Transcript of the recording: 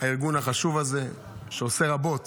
הארגון החשוב הזה, שעושה רבות